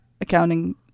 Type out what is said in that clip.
accounting